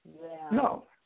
No